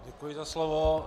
Děkuji za slovo.